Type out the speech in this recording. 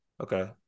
Okay